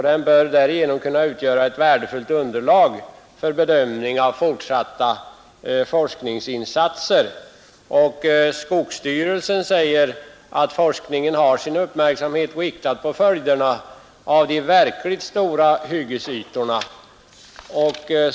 Den bör därigenom kunna utgöra ett värdefullt underlag för bedömning av fortsatta forskningsinsatser.” Skogsstyrelsen säger att forskningen har sin uppmärksamhet riktad på följderna av de verkligt stora hyggesytorna.